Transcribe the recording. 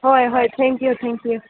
ꯍꯣꯏ ꯍꯣꯏ ꯊꯦꯡ ꯌꯨ ꯊꯦꯡ ꯌꯨ